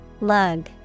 lug